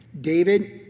David